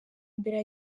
mbere